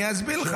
אני אסביר לך.